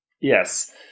Yes